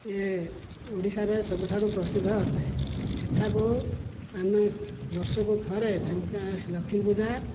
ଏ ଓଡ଼ିଶାରେ ସବୁଠାରୁ ପ୍ରସିଦ୍ଧ ଅଟେ ସେଠାକୁ ଆମେ ବର୍ଷକୁ ଥରେ ଲକ୍ଷ୍ମୀ ପୂଜା